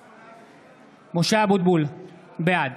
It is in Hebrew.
(קורא בשמות חברי הכנסת) משה אבוטבול, בעד